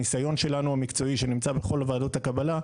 הניסיון שלנו המקצועי שנמצא בכל ועדות הקבלה.